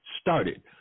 started